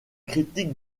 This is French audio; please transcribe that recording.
critique